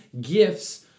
gifts